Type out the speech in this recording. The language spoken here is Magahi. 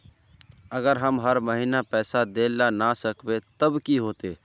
अगर हम हर महीना पैसा देल ला न सकवे तब की होते?